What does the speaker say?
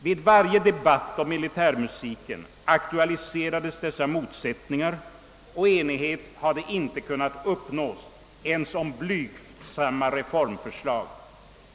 Vid varje debatt om militärmusiken aktualiserades dessa motsättningar och enighet hade inte kunnat uppnås ens om blygsamma reformförslag.